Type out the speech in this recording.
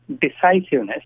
decisiveness